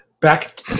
Back